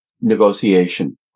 negotiation